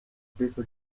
peso